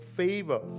favor